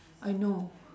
I know